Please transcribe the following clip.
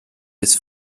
bis